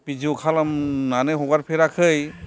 video खालामनानै हगारफेराखै